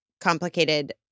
complicated